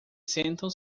sentam